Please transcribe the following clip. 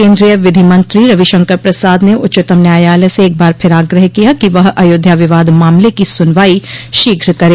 केन्द्रीय विधि मंत्री रवि शंकर प्रसाद ने उच्चतम न्यायालय से एक बार फिर आग्रह किया कि वह अयोध्या विवाद मामले की सुनवाई शीघ्र करे